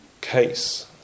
case